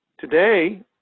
Today